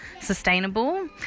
sustainable